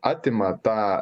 atima tą